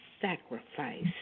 sacrifice